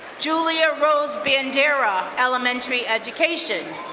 julia rose bandera, elementary education.